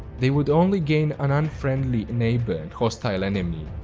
they would only gain an unfriendly neighbor and hostile enemy,